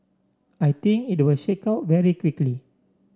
I think it will shake out very quickly